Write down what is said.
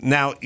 Now